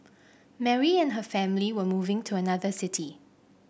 Mary and her family were moving to another city